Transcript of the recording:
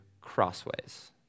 crossways